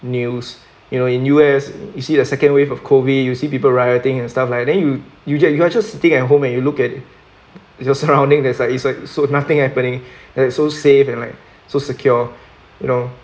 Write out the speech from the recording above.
news you know in U_S you see the second wave of COVID you'll see people rioting and stuff like then you you are just sitting at home and you look at your surrounding there is like is like so nothing happening and it's so safe and like so secure you know